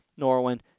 Norwin